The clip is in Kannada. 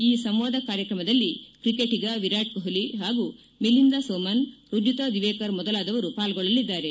ಈ ಸಂವಾದ ಕಾರ್ಯಕ್ರಮದಲ್ಲಿ ಖ್ಯಾತ ಕ್ರಿಕೆಟಗ ವಿರಾಟ್ ಕೊಟ್ಲಿ ಹಾಗೂ ಮಿಲಿಂದ ಸೋಮನ್ ರುಜುತಾ ದಿವೇಕರ್ ಮೊದಲಾದವರು ಪಾಲ್ಗೊಳ್ಳಲಿದ್ದಾರೆ